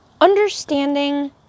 understanding